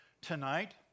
tonight